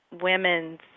women's